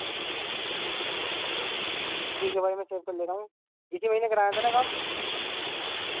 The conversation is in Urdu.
ٹھیک ہے بھائی میں سیو کر لے رہا ہوں اسی مہینے کرایا تھا نا کام